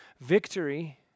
Victory